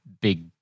big